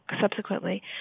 subsequently